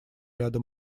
ряда